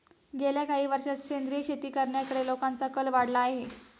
गेल्या काही वर्षांत सेंद्रिय शेती करण्याकडे लोकांचा कल वाढला आहे